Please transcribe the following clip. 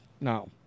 No